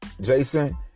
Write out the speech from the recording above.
Jason